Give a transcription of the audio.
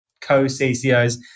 co-ccos